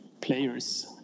players